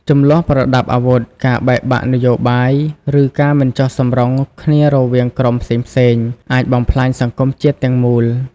ជម្លោះប្រដាប់អាវុធ ការបែកបាក់នយោបាយ ឬការមិនចុះសម្រុងគ្នារវាងក្រុមផ្សេងៗ អាចបំផ្លាញសង្គមជាតិទាំងមូល។